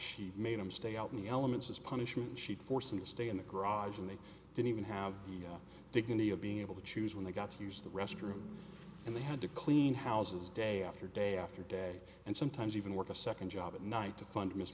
she made him stay out in the elements as punishment she'd forced him to stay in the garage and they didn't even have the dignity of being able to choose when they got to use the restroom and they had to clean houses day after day after day and sometimes even work a second job at night to fund mis